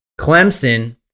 Clemson